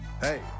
Hey